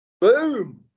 Boom